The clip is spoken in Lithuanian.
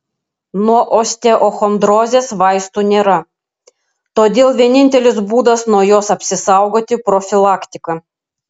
nuo osteochondrozės vaistų nėra todėl vienintelis būdas nuo jos apsisaugoti profilaktika